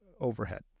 overhead